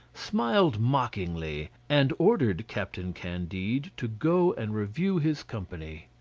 smiled mockingly, and ordered captain candide to go and review his company.